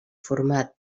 format